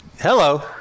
Hello